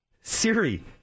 Siri